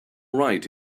right